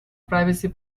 privacy